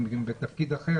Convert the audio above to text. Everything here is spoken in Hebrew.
אם בתפקיד אחר.